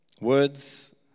Words